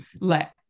let